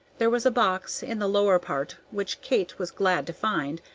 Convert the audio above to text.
there was a box in the lower part which kate was glad to find,